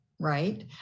right